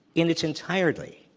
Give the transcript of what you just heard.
in its entirety,